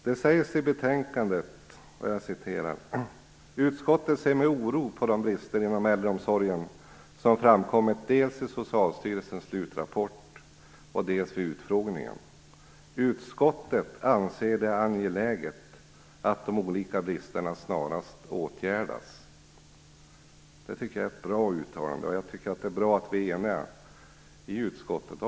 Det sägs i betänkandet: Utskottet ser med oro på de brister inom äldreomsorgen som framkommit dels i Utskottet anser att det är angeläget att de olika bristerna snarast åtgärdas. Jag tycker att det är ett bra uttalande och att det är bra att vi är eniga om detta i utskottet.